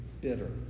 Bitter